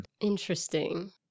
Interesting